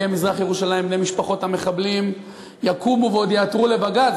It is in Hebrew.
מזרח-ירושלים בני משפחות המחבלים יקומו ועוד יעתרו לבג"ץ,